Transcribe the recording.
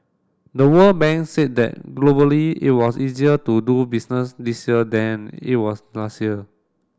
the World Bank said that globally it was easier to do business this year than it was last year